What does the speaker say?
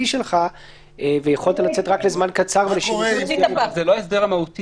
שלך ויכולת לצאת רק לזמן קצר --- זה לא ההסדר המהותי.